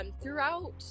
throughout